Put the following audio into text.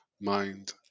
mind